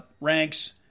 ranks